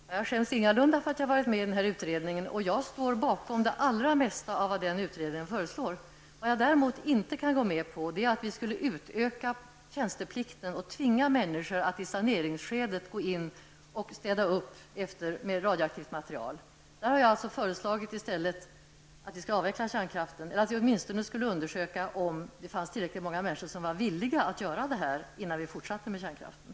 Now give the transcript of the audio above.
Herr talman! Jag skäms ingalunda för att jag varit med i utredningen, och jag står bakom de allra flesta av utredningens förslag. Vad jag däremot inte kan gå med på är att tjänsteplikten skall utökas och att man i saneringsskedet skall tvinga människor att städa upp och komma i kontakt med radioaktivt material. Jag har i stället föreslagit att kärnkraften skall avvecklas eller att vi åtminstone skall undersöka om det finns tillräckligt många människor som är villiga att utföra detta arbete innan vi fortsätter med kärnkraften.